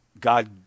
God